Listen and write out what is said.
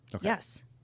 Yes